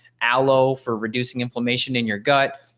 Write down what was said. aloe for reducing inflammation in your gut.